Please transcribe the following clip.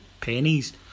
pennies